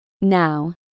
Now